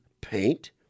paint